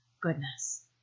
goodness